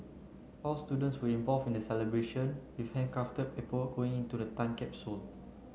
all students were involve in the celebration with handcrafted paperwork going into the time capsule